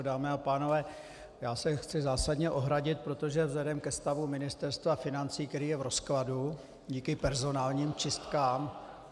Dámy a pánové, já se chci zásadně ohradit, protože vzhledem ke stavu Ministerstva financí, které je v rozkladu díky personálním čistkám...